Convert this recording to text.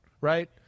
right